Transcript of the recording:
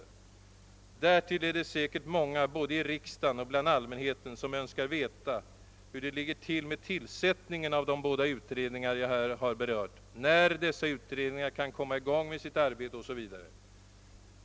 Därtill är det säkert många både i riksdagen och bland allmänheten som önskar veta hur det ligger till med tillsättningen av de båda utredningar jag här berört, när dessa utredningar kan komma i gång med sitt arbete etc.